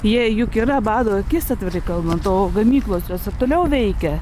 jie juk yra bado akis atvirai kalbant o gamyklos jos ir toliau veikia